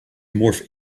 morph